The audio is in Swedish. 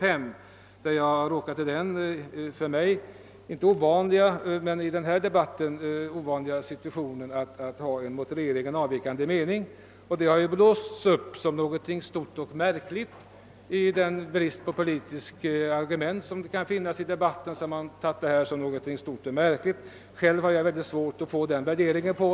På dessa punkter har jag råkat i den för mig inte ovanliga situationen att ha en från regeringen avvikande mening; även om det inte brukar ske på detta område. Med den brist på politiska argument som är märkbar i denna debatt har man blåst upp detta förhållande till någonting stort och märkligt. Själv har jag mycket svårt att uppfatta saken så.